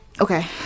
okay